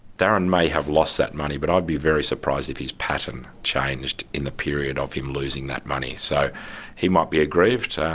darren may have lost that money but i'd be very surprised if his pattern changed in the period of him losing that money. so he might be aggrieved.